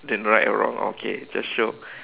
then right or wrong okay just show